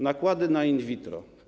Nakłady na in vitro.